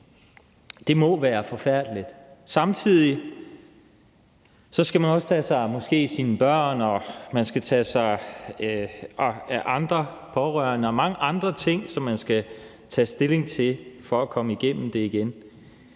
det må være forfærdeligt. Samtidig skal man måske også tage sig af sine børn og andre pårørende og af mange andre ting, som der skal tages stilling til for at komme igennem det.